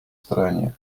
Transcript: стороне